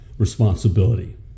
responsibility